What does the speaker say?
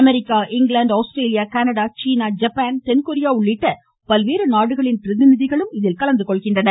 America England Australia Canada China Japan தென்கொரியா உள்ளிட்ட பல்வேறு நாடுகளின் பிரதிநிதிகள் இதில் கலந்து கொள்கின்றனர்